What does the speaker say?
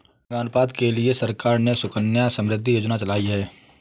लिंगानुपात के लिए सरकार ने सुकन्या समृद्धि योजना चलाई है